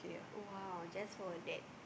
!wow! just for that